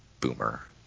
boomer